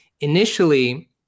Initially